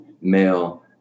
male